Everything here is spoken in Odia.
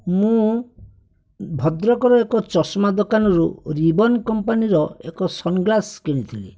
ମୁଁ ଭଦ୍ରକର ଏକ ଚଷମା ଦୋକାନରୁ ରେବେନ୍ କମ୍ପାନୀର ଏକ ସନ୍ଗ୍ଳାସ୍ କିଣିଥିଲି